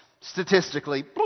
statistically